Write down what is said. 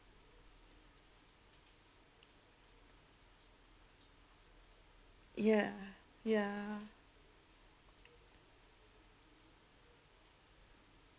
ya ya